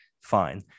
Fine